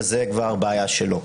וזאת כבר בעיה שלו.